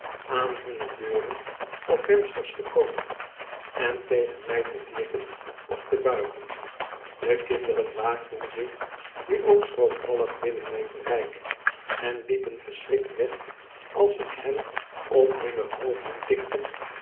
aan hunne deuren of vensters te komen en tegen my te knikken of te buigen de kinderen waagden zich nu ook schroomvallig binnen myn bereik en liepen verschrikt weg als ik hen op hunne hoofden tikte